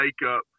makeup